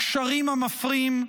הקשרים המפרים,